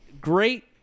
great